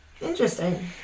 Interesting